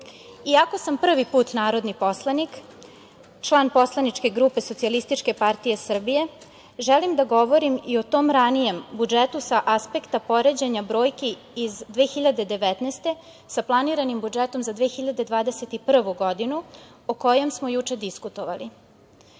sam prvi put narodni poslanik, član poslaničke grupe SPS, želim da govorim i o tom ranijem budžetu sa aspekta poređenja brojki iz 2019. godine, sa planiranim budžetom za 2021. godinu o kojem smo juče diskutovali.U